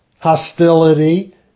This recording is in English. hostility